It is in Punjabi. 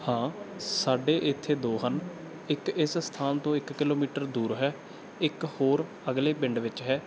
ਹਾਂ ਸਾਡੇ ਇੱਥੇ ਦੋ ਹਨ ਇੱਕ ਇਸ ਸਥਾਨ ਤੋਂ ਇੱਕ ਕਿਲੋਮੀਟਰ ਦੂਰ ਹੈ ਇੱਕ ਹੋਰ ਅਗਲੇ ਪਿੰਡ ਵਿੱਚ ਹੈ